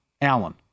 Allen